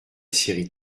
série